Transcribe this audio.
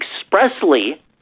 expressly